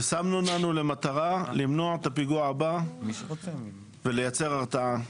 ושמנו לנו למטרה למנוע את הפיגוע הבא ולייצר הרתעה.